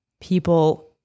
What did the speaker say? people